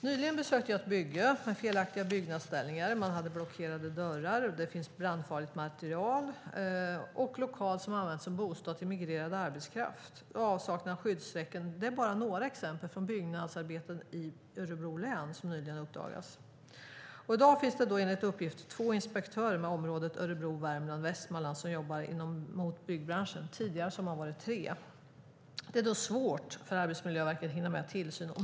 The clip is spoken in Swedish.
Nyligen besökte jag ett bygge med felaktiga byggnadsställningar, blockerade dörrar, brandfarligt material, avsaknad av skyddsräcken och en lokal som användes som bostad av migrerad arbetskraft. Det är bara några exempel från byggnadsarbeten i Örebro län som nyligen uppdagats. I dag finns det enligt uppgift två inspektörer i området Örebro-Värmland-Västmanland som jobbar gentemot byggbranschen. Tidigare har det funnits tre. Det är då svårt för Arbetsmiljöverket att hinna med tillsyn.